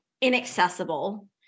inaccessible